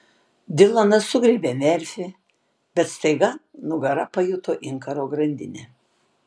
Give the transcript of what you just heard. dilanas sugriebė merfį bet staiga nugara pajuto inkaro grandinę